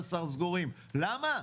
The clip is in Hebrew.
סגורים למה?